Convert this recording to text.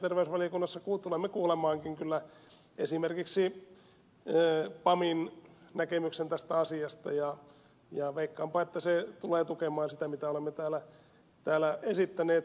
räsänen sosiaali ja terveysvaliokunnassa tulemme kyllä kuulemaankin esimerkiksi pamin näkemyksen tästä asiasta ja veikkaanpa että se tulee tukemaan sitä mitä olemme täällä esittäneet